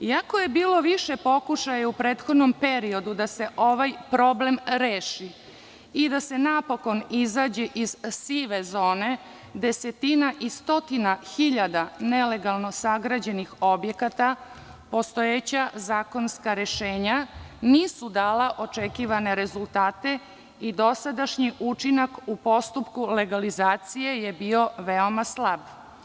Iako je bilo više pokušaja u prethodnom periodu da se ovaj problem reši i da se napokon izađe iz sive zone desetina i stotina hiljada nelegalno sagrađenih objekata postojeća zakonska rešenja nisu dala očekivane rezultate i dosadašnji učinak u postupku legalizacije je bio veoma slab.